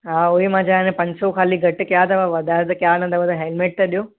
हा उहो ई मां चवां इन पंज सौ खाली घटि किया अथव वधारे त किया न अथव त हेल्मेट त ॾियो